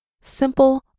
simple